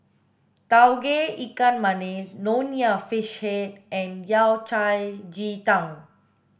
tauge ikan masin nonya fish head and yao cai ji tang